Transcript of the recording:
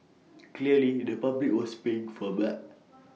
clearly the public was baying for blood